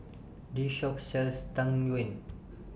This Shop sells Tang Yuen